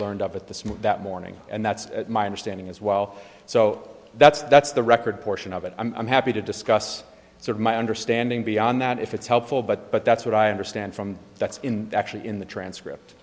learned up at the smoke that morning and that's my understanding as well so that's that's the record portion of it i'm happy to discuss sort of my understanding beyond that if it's helpful but but that's what i understand from that's in actually in the transcript